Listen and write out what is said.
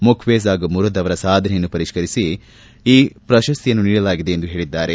ಮುಕ್ವೇಜ್ ಮತ್ತು ಮುರದ್ ಅವರ ಸಾಧನೆಯನ್ನು ಪುರಷ್ತರಿಸಿ ಈ ಪ್ರಶಸ್ತಿಯನ್ನು ನೀಡಲಾಗಿದೆ ಎಂದು ಹೇಳಿದ್ದಾರೆ